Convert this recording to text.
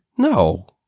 No